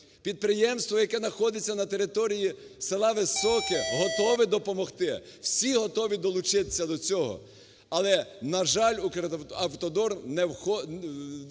Підприємство, яке находиться на території села Високе готове допомогти, всі готові долучитися до цього. Але, на жаль, "Укравтодор" відноситься